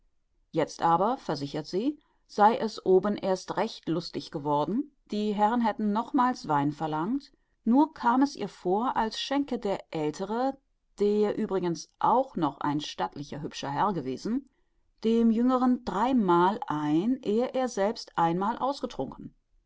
jetzt aber versichert sie sei es oben erst recht lustig geworden die herren hätten nochmals wein verlangt nur kam es ihr vor als schenke der aeltere der übrigens auch noch ein stattlicher hübscher herr gewesen dem jüngeren dreimal ein ehe er selbst einmal ausgetrunken